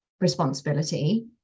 responsibility